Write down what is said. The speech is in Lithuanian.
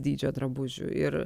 dydžio drabužių ir